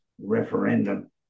referendum